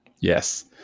Yes